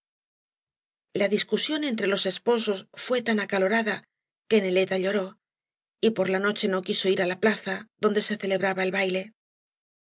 la discusión entre loe eepobcs fué tan acalora da que neleta lloró y por la noche no quiso ir á la plaza donde ee celebraba el baile